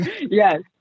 Yes